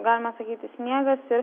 galima sakyti sniegas ir